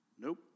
Nope